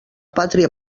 pàtria